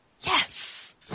Yes